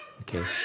okay